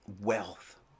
wealth